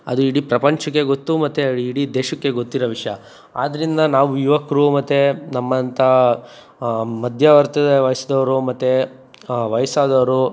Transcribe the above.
ಅದು ಇಡೀ ಪ್ರಪಂಚಕ್ಕೆ ಗೊತ್ತು ಮತ್ತು ಇಡೀ ದೇಶಕ್ಕೆ ಗೊತ್ತಿರೋ ವಿಷಯ ಆದ್ರಿಂದ ನಾವು ಯುವಕರು ಮತ್ತು ನಮ್ಮಂಥ ಮಧ್ಯವರ್ತ ವಯಸ್ದವರು ಮತ್ತು ವಯಸ್ಸಾದೋರು